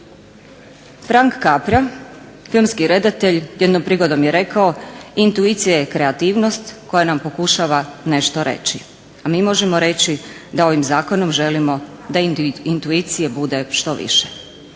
Frank Capra, filmski redatelj, jednom prigodom je rekao: "intuicija je kreativnost koja nam pokušava nešto reći", a mi možemo reći da ovim zakonom želimo da intuicije bude što više.